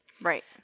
Right